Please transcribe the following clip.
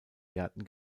gärten